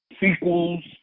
Sequels